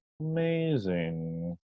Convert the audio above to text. amazing